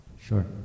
Sure